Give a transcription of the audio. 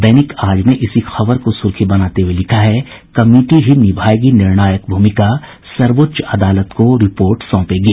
दैनिक आज ने इसी खबर को सुर्खी बनाते हुये लिखा है कमिटी ही निभायेगी निर्णायक भूमिका सर्वोच्च अदालत को रिपोर्ट सौंपेगी